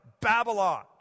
Babylon